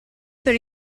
per